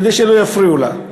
כדי שלא יפריעו לה.